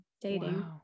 dating